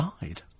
died